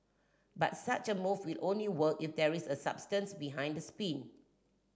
but such a move will only work if there is substance behind the spin